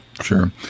Sure